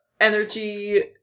energy